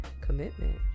commitment